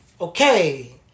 okay